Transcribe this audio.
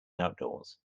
outdoors